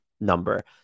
number